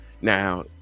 now